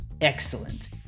Excellent